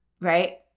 right